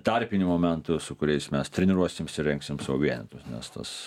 tarpinių momentų su kuriais mes treniruosims ir rengsim savo vienetus nes tas